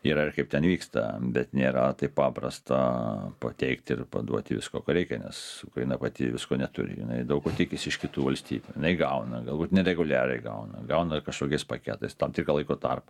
yra ir kaip ten vyksta bet nėra taip paprasta pateikti ir paduoti visko ko reikia nes ukraina pati visko neturi jinai daug ko tikisi iš kitų valstybių jinai gauna galbūt nereguliariai gauna gauna kažkokiais paketais tam tikrą laiko tarpą